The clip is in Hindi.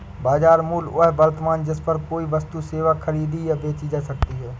बाजार मूल्य वह वर्तमान जिस पर कोई वस्तु सेवा खरीदी या बेची जा सकती है